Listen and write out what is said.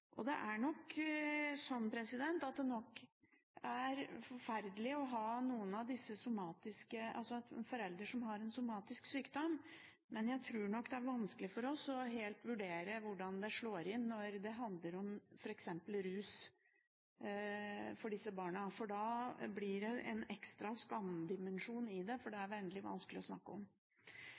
kriser. Det er nok forferdelig å ha en forelder som har en somatisk sykdom, men jeg tror nok det er vanskelig for oss helt å vurdere hvordan det slår inn når det handler om f.eks. rus for disse barna. Da blir det en ekstra skamdimensjon i det, for det er veldig vanskelig å snakke om.